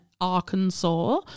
Arkansas